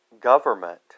government